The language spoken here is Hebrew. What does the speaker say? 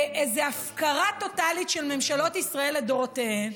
באיזו הפקרה טוטלית של ממשלות ישראל לדורותיהן,